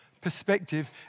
perspective